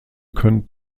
können